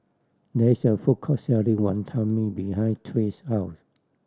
there is a food court selling Wantan Mee behind Trace house